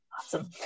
awesome